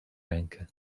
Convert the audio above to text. rękę